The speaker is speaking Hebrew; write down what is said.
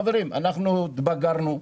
חברים, אנחנו התבגרנו.